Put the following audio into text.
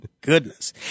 goodness